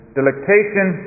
delectation